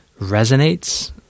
resonates